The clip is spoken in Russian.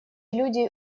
люди